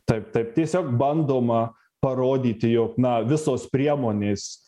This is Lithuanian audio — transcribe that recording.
taip taip tiesiog bandoma parodyti jog na visos priemonės